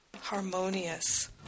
harmonious